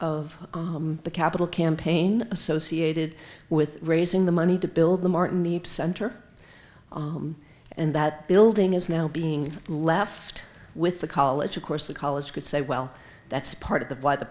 of the capital campaign associated with raising the money to build the martin center and that building is now being left with the college of course the college could say well that's part of that why the